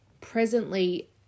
presently